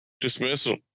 Dismissal